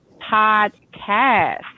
Podcast